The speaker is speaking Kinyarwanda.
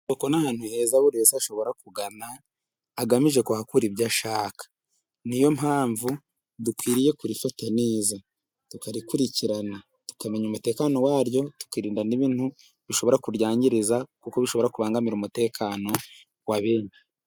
Mu isoko ni ahantu heza buri wese ashobora kugana agamije ko ahakura ibyo ashaka, ni yo mpamvu dukwiriye kurifata neza, tukarikurikirana, tukamenya umutekano wa ryo, tukirinda n'ibintu bishobora kuryangiriza, kuko bishobora kubangamira umutekano wa benshi.